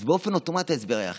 אז באופן אוטומטי ההסבר היה אחר,